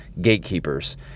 gatekeepers